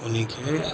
उनखे